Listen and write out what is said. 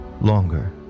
Longer